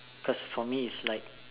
cause for me it's like